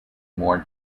more